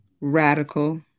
radical